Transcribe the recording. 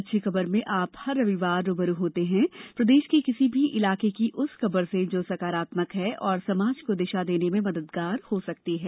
अच्छी खबर में आप हर रविवार रू ब रू होते हैं प्रदेश के किसी भी इलाके की उस खबर से जो सकारात्मक है और समाज को दिशा देने में मददगार हो सकती है